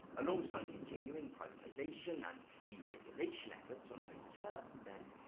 alongside continuing privatization and deregulation efforts on home turf then,